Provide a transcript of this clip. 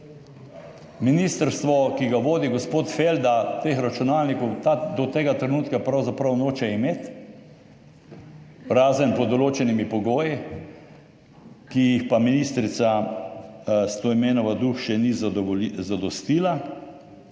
Ministrstvo, ki ga vodi gospod Felda, teh računalnikov do tega trenutka pravzaprav noče imeti, razen pod določenimi pogoji, ki jim pa ministrica Stojmenova Duh še ni zadostila.